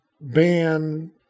ban